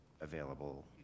available